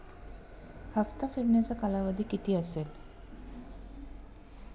हप्ता फेडण्याचा कालावधी किती असेल?